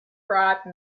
bribe